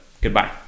Goodbye